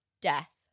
Death